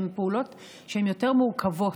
הן פעולות יותר מורכבות.